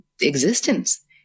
existence